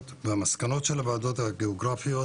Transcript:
והמסקנות של הוועדות הגיאוגרפיות